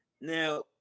now